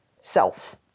self